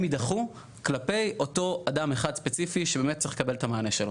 הם יידחו כלפי אותו אדם אחד ספציפי שבאמת צריך לקבל את המענה שלו.